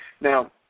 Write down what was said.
Now